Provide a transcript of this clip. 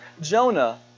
Jonah